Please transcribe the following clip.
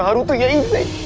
ah but but against me